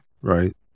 Right